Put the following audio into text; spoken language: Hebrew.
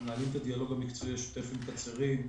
אנחנו מנהלים את הדיאלוג המקצועי השוטף עם קצרין.